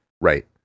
Right